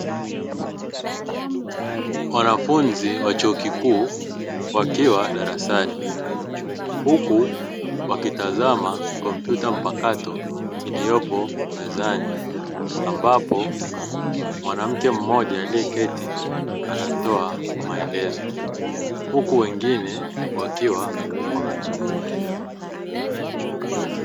Wanafunzi wa chuo kikuu wakiwa darasani huku wakitazama kompyuta mpakato iliyopo mezani ambapo, mwanamke mmoja aliyeketi anatoa maelezo huku wengine wakiwa wamemzunguka.